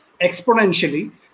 exponentially